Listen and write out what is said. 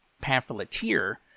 pamphleteer